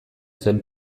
zen